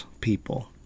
people